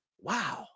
wow